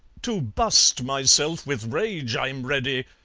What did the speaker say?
to bust myself with rage i'm ready.